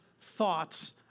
thoughts